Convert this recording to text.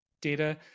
data